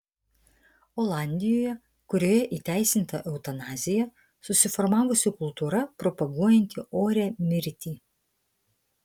olandijoje kurioje įteisinta eutanazija susiformavusi kultūra propaguojanti orią mirtį